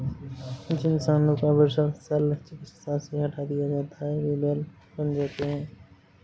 जिन साँडों का वृषण शल्य चिकित्सा से हटा दिया जाता है वे बैल बन जाते हैं